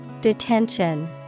Detention